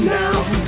now